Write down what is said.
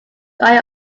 joy